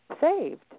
saved